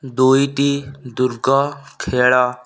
ଦୁଇଟି ଦୁର୍ଗ ଖେଳ